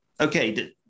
Okay